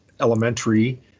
Elementary